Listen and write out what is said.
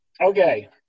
okay